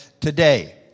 today